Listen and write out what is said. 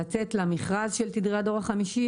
לצאת למכרז של תדרי דור 5,